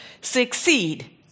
succeed